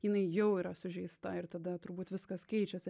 jinai jau yra sužeista ir tada turbūt viskas keičiasi